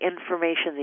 information